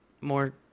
more